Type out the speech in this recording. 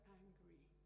angry